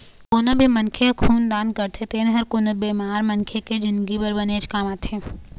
कोनो भी मनखे ह खून दान करथे तेन ह कोनो बेमार मनखे के जिनगी बर बनेच काम आथे